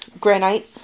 granite